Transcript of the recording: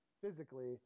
physically